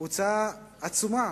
הוצאה עצומה